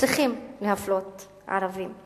שצריכים להפלות ערבים.